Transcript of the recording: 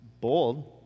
bold